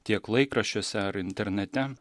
tiek laikraščiuose ar internete